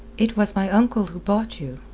it was my uncle who bought you.